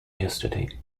yesterday